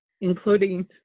including